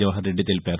జవహర్రెడ్ని తెలిపారు